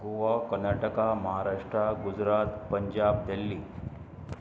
Goa Karnataka Maharashtra Gujarat Punjab Delhi